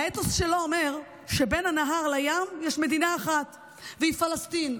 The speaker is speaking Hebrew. האתוס שלו אומר שבין הנהר לים יש מדינה אחת והיא פלסטין,